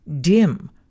dim